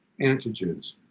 antigens